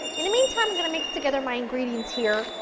in the meantime i'm going to mix together my ingredients here.